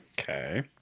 Okay